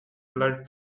flood